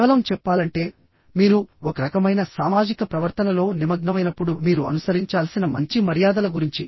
కేవలం చెప్పాలంటే మీరు ఒక రకమైన సామాజిక ప్రవర్తనలో నిమగ్నమైనప్పుడు మీరు అనుసరించాల్సిన మంచి మర్యాదల గురించి